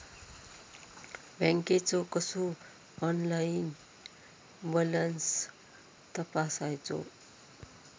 बँकेचो कसो online balance तपासायचो?